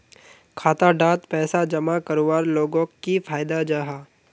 खाता डात पैसा जमा करवार लोगोक की फायदा जाहा?